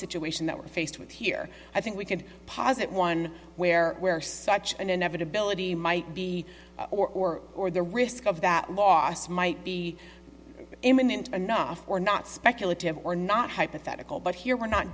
situation that we're faced with here i think we could posit one where where such an inevitability might be or or the risk of that loss might be imminent enough or not speculative or not hypothetical but here we're not